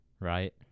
right